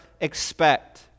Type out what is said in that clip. expect